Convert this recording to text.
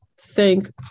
thank